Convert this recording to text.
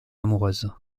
amoureuse